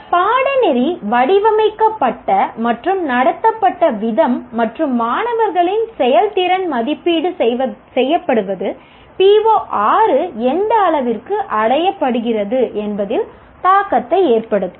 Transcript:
பாடநெறி வடிவமைக்கப்பட்ட மற்றும் நடத்தப்பட்ட விதம் மற்றும் மாணவர்களின் செயல்திறன் மதிப்பீடு செய்யப்படுவது PO6 எந்த அளவிற்கு அடையப்படுகிறது என்பதில் தாக்கத்தை ஏற்படுத்தும்